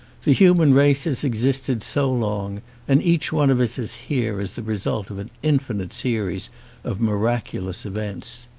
the human race has existed so long and each one of us is here as the result of an infinite series of miraculous events.